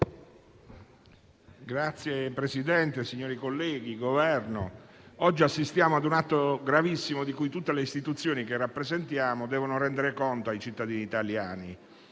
rappresentante del Governo, oggi assistiamo ad un atto gravissimo, di cui tutte le istituzioni che rappresentiamo devono rendere conto ai cittadini italiani.